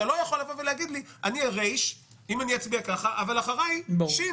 אתה לא יכול להגיד לי: אתה ר' ואתה תצביע כך אבל אחריי יש את ש',